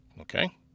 Okay